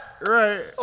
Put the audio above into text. right